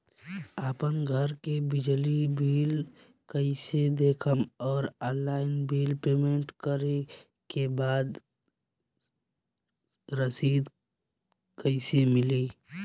आपन घर के बिजली बिल कईसे देखम् और ऑनलाइन बिल पेमेंट करे के बाद रसीद कईसे मिली?